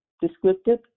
descriptive